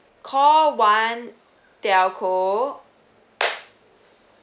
call one telco